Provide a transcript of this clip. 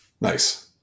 Nice